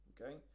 Okay